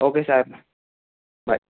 okay sir bye